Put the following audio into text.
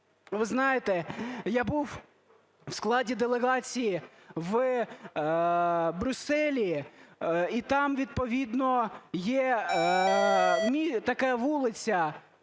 Ви знаєте, я був у складі делегації в Брюсселі, і там відповідно є така вулиця: